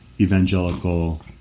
evangelical